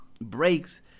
breaks